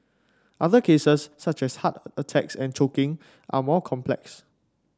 other cases such as heart attacks and choking are more complex